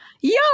Yo